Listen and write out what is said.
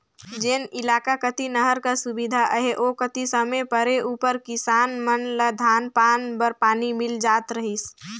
जेन इलाका कती नहर कर सुबिधा अहे ओ कती समे परे उपर किसान मन ल धान पान बर पानी मिल जात रहिस